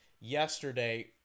yesterday